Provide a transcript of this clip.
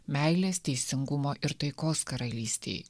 meilės teisingumo ir taikos karalystei